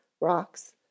rocks